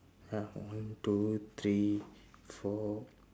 ah one two three four